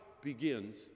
begins